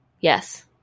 yes